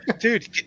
Dude